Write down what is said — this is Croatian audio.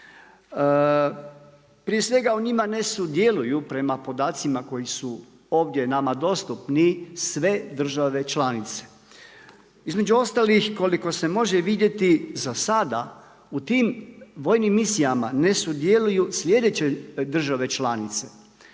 Prije svega, u njima ne sudjeluju prema podacima koji su ovdje nama dostupni sve države članice. Između ostalih koliko se može vidjeti zasada, u tim vojnim misijama, ne sudjeluju slijedeće države članice.